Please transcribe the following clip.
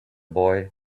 boy